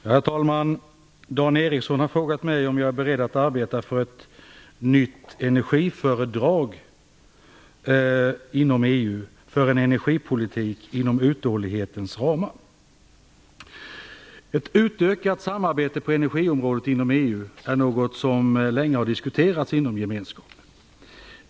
Herr talman! Dan Ericsson har frågat mig om jag är beredd att arbeta för ett nytt energifördrag inom EU för en energipolitik inom uthållighetens ramar. är något som länge har diskuterats inom gemenskapen.